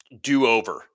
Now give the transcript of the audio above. do-over